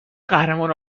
قهرمان